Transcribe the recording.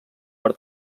per